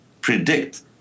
predict